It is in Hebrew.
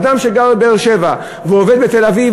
אדם שגר בבאר-שבע ועובד בתל-אביב,